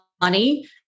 money